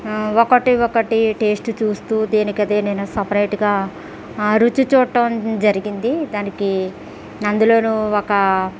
ఒకటి ఒకటి టేస్ట్ చూస్తూ దేనికి అదే నేను సపరేట్గా రుచి చూడడం జరిగింది దానికి అందులోనూ ఒక